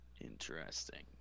Interesting